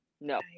No